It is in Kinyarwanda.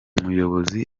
muyobozi